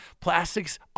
plastics